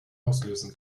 auslösen